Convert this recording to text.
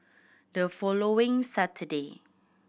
the following Saturday